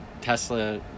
Tesla